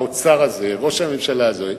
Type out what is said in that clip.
האוצר הזה, ראש הממשלה הזה,